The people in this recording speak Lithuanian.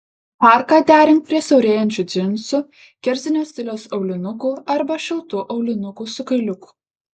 parką derink prie siaurėjančių džinsų kerzinio stiliaus aulinukų arba šiltų aulinukų su kailiuku